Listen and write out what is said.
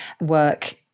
work